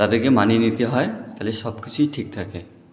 তাদেরকে মানিয়ে নিতে হয় তাহলে সবকিছুই ঠিক থাকে